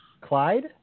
Clyde